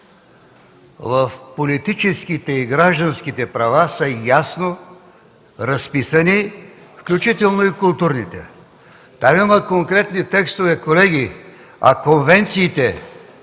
Политическите и гражданските права са ясно разписани, включително и културните. Там има конкретни текстове, колеги, а конвенциите